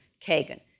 Kagan